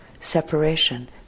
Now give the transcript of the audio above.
separation